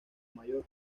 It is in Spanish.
mayor